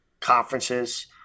conferences